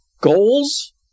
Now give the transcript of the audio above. goals